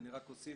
אני רק אוסיף,